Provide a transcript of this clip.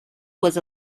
was